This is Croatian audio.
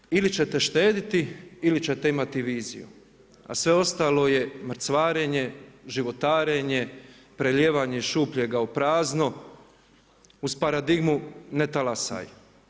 Nažalost, ili ćete štedjeti ili ćete imati viziju a sve ostalo je mrcvarenje, životarenje, prelijevanje iz šupljega u prazno uz paradigmu „ne talasaj“